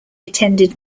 attended